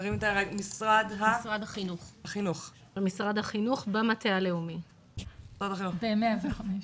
משרד החינוך במטה הלאומי ב-105.